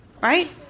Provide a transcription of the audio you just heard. Right